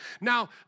Now